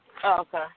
okay